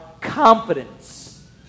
confidence